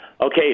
okay